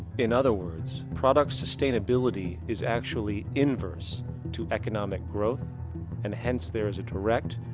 in other words, product sustainability is actually inverse to economic growth and hence there is a direct,